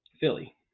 Philly